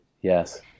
Yes